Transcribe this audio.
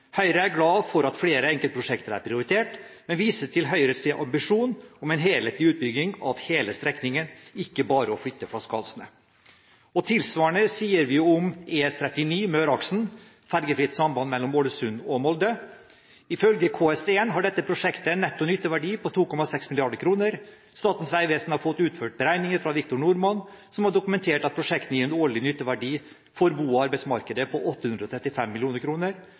Høyre «glade for at flere enkeltprosjekter er prioritert, men viser til at Høyres ambisjon er en helhetlig utbygging av hele strekningen, ikke bare å flytte flaskehalsene». Tilsvarende sier vi om E39 Møreaksen, fergefritt samband mellom Ålesund og Molde: «ifølge KS1-vurderingen av Møreaksen har dette prosjektet en netto nytteverdi på 2,6 mrd. kroner. Statens vegvesen har fått utført beregninger fra Victor Normann som har dokumentert at prosjektet gir en årlig nytteverdi for bo- og arbeidsmarkedet på 835 mill. kroner,